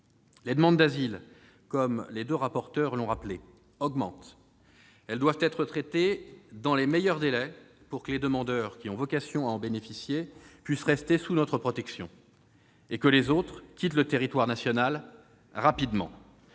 Les demandes d'asile, comme les deux rapporteurs l'ont rappelé, augmentent. Elles doivent être traitées dans les meilleurs délais, pour que les demandeurs qui ont vocation à en bénéficier puissent rester sous notre protection et que les autres quittent rapidement le territoire national.